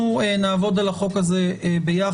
אנחנו נעבוד על החוק הזה ביחד.